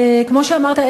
כמו שאמרת,